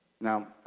Now